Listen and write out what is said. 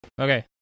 Okay